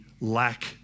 lack